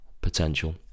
potential